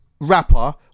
rapper